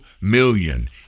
million